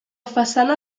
façana